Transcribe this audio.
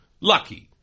lucky